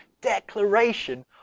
declaration